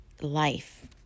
life